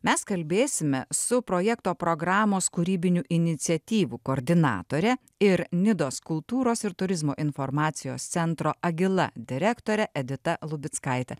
mes kalbėsime su projekto programos kūrybinių iniciatyvų koordinatore ir nidos kultūros ir turizmo informacijos centro agila direktore edita lubickaite